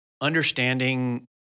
understanding